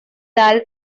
tal